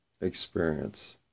experience